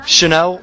Chanel